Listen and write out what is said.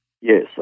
Yes